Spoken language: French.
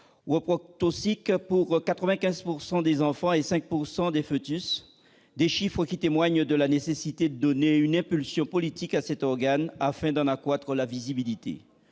un risque pour 95 % des enfants et 5 % des foetus. Ces chiffres témoignent de la nécessité de donner une impulsion politique à cet organe afin d'en accroître la visibilité.